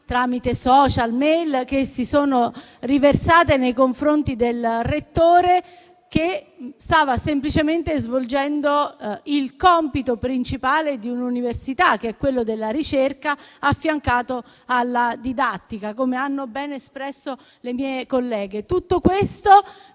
tramite *social* e *mail* che si sono riversate nei confronti del Rettore, che stava semplicemente garantendo lo svolgimento del compito principale di un'università, che è quello della ricerca affiancato alla didattica, come hanno ben espresso le mie colleghe. Tutto questo,